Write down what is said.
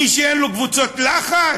מי שאין לו קבוצות לחץ?